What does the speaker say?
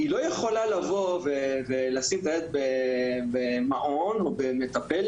היא לא יכולה לבוא ולשים את הילד במעון או אצל מטפלת.